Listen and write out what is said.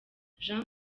jean